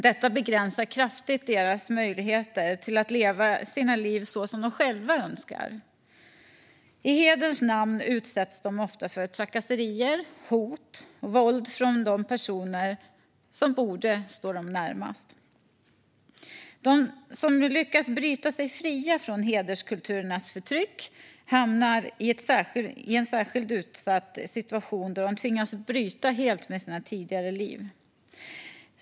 Detta begränsar kraftigt deras möjligheter att leva sina liv så som de själva önskar. I hederns namn utsätts de ofta för trakasserier, hot och våld från de personer som borde stå dem närmast. De som lyckas bryta sig fria från hederskulturernas förtryck hamnar i en särskilt utsatt situation då de tvingas bryta helt med sina tidigare liv.